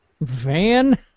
Van